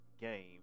game